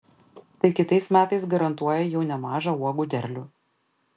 tai kitais metais garantuoja jau nemažą uogų derlių